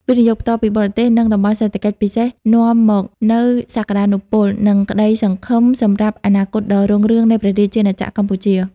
វិនិយោគផ្ទាល់ពីបរទេស និង តំបន់សេដ្ឋកិច្ចពិសេស នាំមកនូវសក្ដានុពល និងក្ដីសង្ឃឹមសម្រាប់អនាគតដ៏រុងរឿងនៃព្រះរាជាណាចក្រកម្ពុជា។